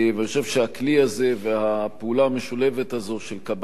אני חושב שהכלי הזה והפעולה המשולבת הזאת של קבלת